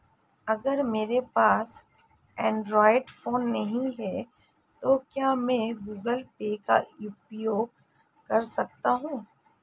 अगर मेरे पास एंड्रॉइड फोन नहीं है तो क्या मैं गूगल पे का उपयोग कर सकता हूं?